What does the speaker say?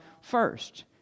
first